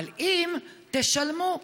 אבל אם תשלמו,